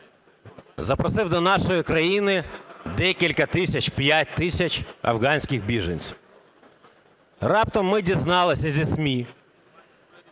запросив до нашої країни декілька тисяч, 5 тисяч афганських біженців. Раптом ми дізналися зі СМІ,